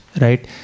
right